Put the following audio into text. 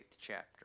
chapter